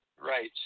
Right